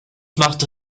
machte